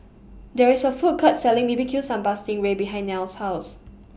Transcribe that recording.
There IS A Food Court Selling B B Q Sambal Sting Ray behind Nile's House